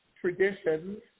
traditions